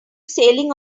sailing